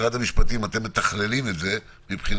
משרד המשפטים אתם מתכללים את זה מבחינתי,